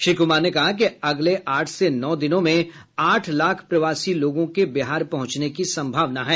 श्री कुमार ने कहा कि अगले आठ से नौ दिनों में आठ लाख प्रवासी लोगों के बिहार पहुंचने की संभावना है